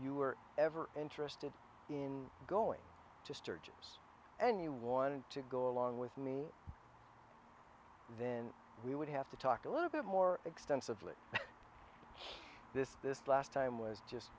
fewer ever interested in going to sturgis and he wanted to go along with me then we would have to talk a little bit more extensively this this last time was just